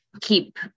keep